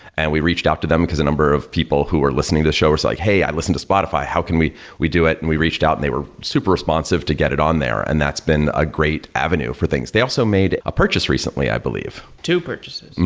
and we reached out to them because a number of people who are listening to the show were like, hey, i listen to spotify. how can we we do it? and we reached out and they were super responsive to get it on there, and that's been a great avenue for things. they also made a purchase recently, i believe. two purchases,